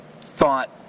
thought